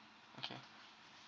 okay